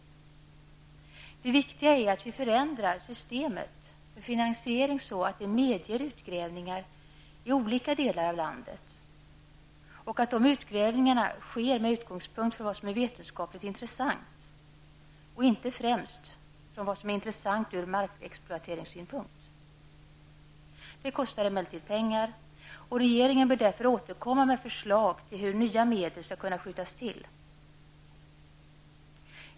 Det viktiga är att vi förändrar systemet för finansiering så att det medger att utgrävningar kan göras i olika delar av landet med utgångspunkt från vad som är vetenskapligt intressant och inte främst från vad som är intressant från markexploateringssynpunkt. Det kostar emellertid pengar, och regeringen bör därför återkomma med förslag till hur nya medel skall kunna skjutas till.